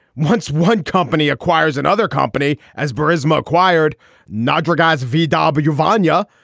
once one company acquires another company as verismo acquired nagra guys v. and but your vanya.